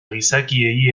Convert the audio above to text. gizakiei